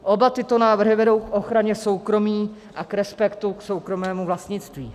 Oba tyto návrhy vedou k ochraně soukromí a k respektu k soukromému vlastnictví.